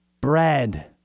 bread